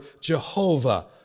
Jehovah